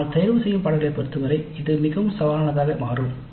ஆனால் தேர்ந்தெடுக்கப்பட்ட பாடநெறிகளைப் பொறுத்தவரை இது மிகவும் சவாலானதாக மாறும்